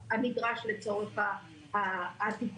למחשוב הנדרש לצורך התיקון.